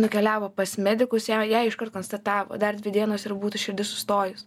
nukeliavo pas medikus jai jai iškart konstatavo dar dvi dienos ir būtų širdis sustojus